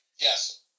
Yes